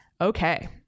okay